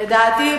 לדעתי,